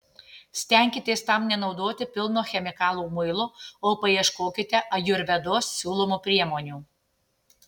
stenkitės tam nenaudoti pilno chemikalų muilo o paieškokite ajurvedos siūlomų priemonių